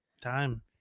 time